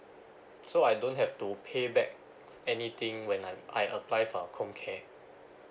so I don't have to pay back anything when I'm I apply for a com care